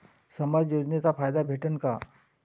समाज योजनेचा फायदा भेटन का?